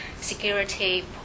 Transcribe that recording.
security